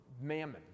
mammon